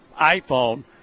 iPhone